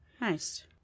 Nice